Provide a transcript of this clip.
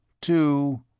two